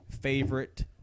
favorite